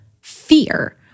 fear